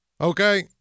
Okay